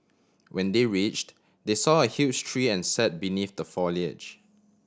when they reached they saw a huge tree and sat beneath the foliage